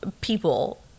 people